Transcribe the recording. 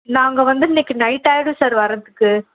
நாங்கள் வந்து இன்னிக்கு நைட்டாயிடும் சார் வரதுக்கு